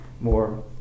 more